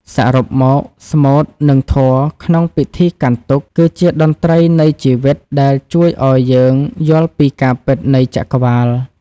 សរុបមក ស្មូត និងធម៌ក្នុងពិធីកាន់ទុក្ខ គឺជាតន្ត្រីនៃជីវិតដែលជួយឱ្យយើងយល់ពីការពិតនៃចក្រវាល។